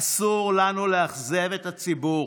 אסור לנו לאכזב את הציבור.